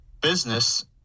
business